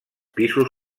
pisos